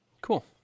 Cool